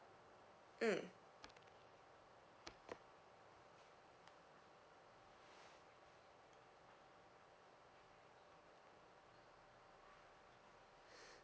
mm